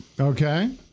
Okay